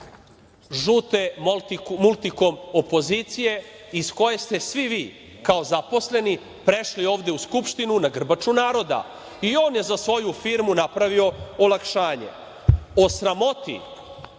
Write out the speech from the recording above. žute „Multikom“ opozicije iz koje ste svi vi kao zaposleni prešli ovde u Skupštinu, na grbaču naroda. I on je za svoju firmu napravio olakšanje.O sramoti